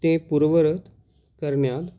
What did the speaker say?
ते पूर्ववत करण्यात